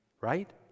right